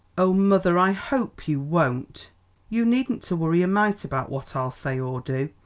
oh, mother, i hope you won't you needn't to worry a mite about what i'll say or do,